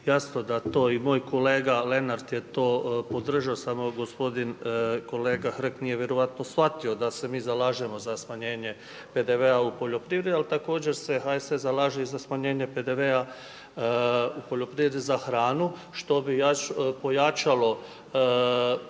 Jasno da to i moj kolega Lenart je to podržao, samo gospodin kolega Hrg nije vjerojatno shvatio da se mi zalažemo za smanjenje PDV-a u poljoprivredi. Ali također se HSS zalaže i za smanjenje PDV-a u poljoprivredi za hranu što bi pojačalo